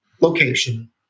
location